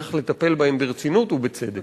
צריך לטפל בהם ברצינות ובצדק.